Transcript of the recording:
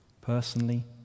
personally